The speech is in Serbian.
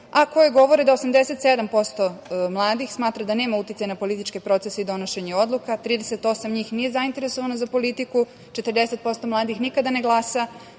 a koje govore da 87% mladih smatra da nema uticaja na politički proces i donošenje odluka, 38 njih nije zainteresovano za politiku, 40% mladih nikada ne glasa,